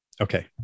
Okay